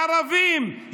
ערבים,